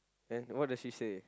then what does she say